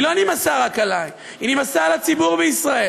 היא לא נמאסה רק עלי, היא נמאסה על הציבור בישראל.